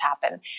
happen